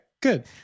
Good